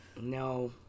No